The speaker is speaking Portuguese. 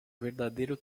verdadeiro